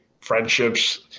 friendships